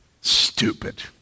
Stupid